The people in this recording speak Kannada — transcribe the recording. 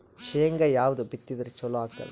ಶೇಂಗಾ ಯಾವದ್ ಬಿತ್ತಿದರ ಚಲೋ ಆಗತದ?